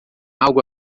algo